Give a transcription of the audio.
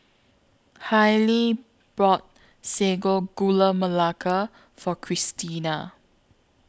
Hailie bought Sago Gula Melaka For Kristina